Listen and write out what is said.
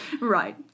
Right